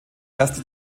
erste